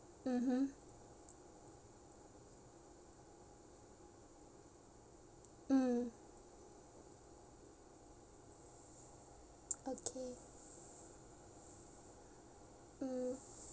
mmhmm mm okay mm